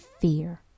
fear